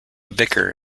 vicar